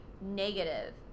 negative